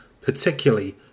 particularly